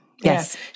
Yes